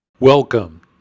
Welcome